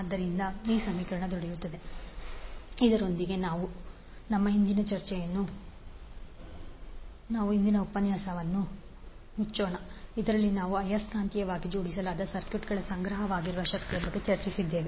ಆದ್ದರಿಂದ I2I1 N1N2 ಆದ್ದರಿಂದ ಇದರೊಂದಿಗೆ ನಾವು ನಮ್ಮ ಇಂದಿನ ಚರ್ಚೆಯನ್ನು ನಾವು ಇಂದಿನ ಉಪನ್ಯಾಸವನ್ನು ಮುಚ್ಚೋಣ ಇದರಲ್ಲಿ ನಾವು ಆಯಸ್ಕಾಂತೀಯವಾಗಿ ಜೋಡಿಸಲಾದ ಸರ್ಕ್ಯೂಟ್ಗಳಲ್ಲಿ ಸಂಗ್ರಹವಾಗಿರುವ ಶಕ್ತಿಯ ಬಗ್ಗೆ ಚರ್ಚಿಸಿದ್ದೇವೆ